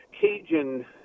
Cajun